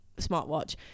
smartwatch